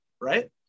right